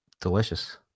delicious